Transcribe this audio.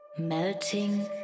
melting